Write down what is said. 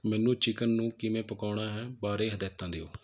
ਮੈਨੂੰ ਚਿਕਨ ਨੂੰ ਕਿਵੇਂ ਪਕਾਉਣਾ ਹੈ ਬਾਰੇ ਹਿਦਾਇਤਾਂ ਦਿਓ